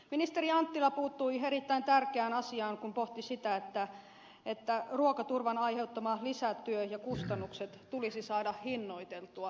ministeri anttila puuttui erittäin tärkeään asiaan kun pohti sitä että ruokaturvan aiheuttama lisätyö ja kustannukset tulisi saada hinnoiteltua